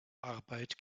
arbeit